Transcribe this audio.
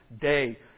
day